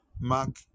Mark